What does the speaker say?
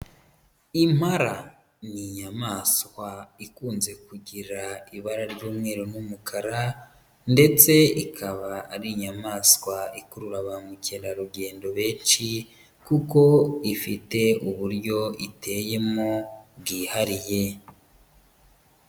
Impala ni inyamaswa ikunze kugira ibara ry'umweru n'umukara ndetse ikaba ari inyamaswa ikurura ba mukerarugendo benshi kuko ifite uburyo iteyemo bwihariye.